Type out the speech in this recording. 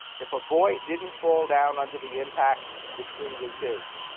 if a boy didn't fall down under the impact, the tree was his.